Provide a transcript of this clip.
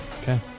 Okay